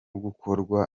gukorwa